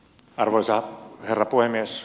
arvoisa herra puhemies